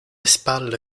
spalle